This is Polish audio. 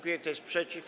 Kto jest przeciw?